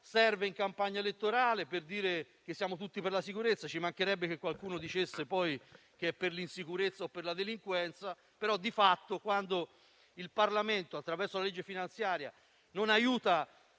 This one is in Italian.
parla in campagna elettorale per dire che siamo tutti per la sicurezza; ci mancherebbe che qualcuno dicesse poi che è per l'insicurezza o per la delinquenza. Di fatto però quando il Parlamento, attraverso la manovra di bilancio, non aiuta